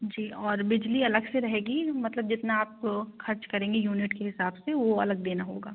जी और बिजली अलग से रहेगी मतलब जितना आप खर्च करेंगी यूनिट के हिसाब से वह अलग देना होगा